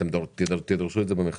אתם תדרשו את זה במכרז?